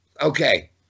okay